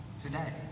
today